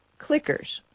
clickers